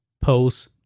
post